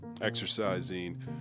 exercising